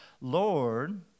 Lord